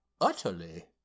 utterly